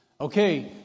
Okay